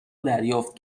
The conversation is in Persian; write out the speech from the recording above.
دریافت